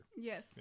Yes